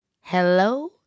Hello